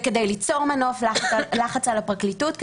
וכדי ליצור מנוף ולחץ על הפרקליטות,